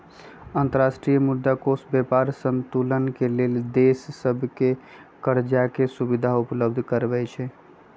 अंतर्राष्ट्रीय मुद्रा कोष व्यापार संतुलन के लेल देश सभके करजाके सुभिधा उपलब्ध करबै छइ